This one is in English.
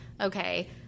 okay